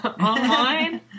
online